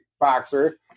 boxer